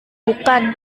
bukan